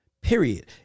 period